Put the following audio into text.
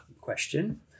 question